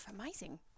Amazing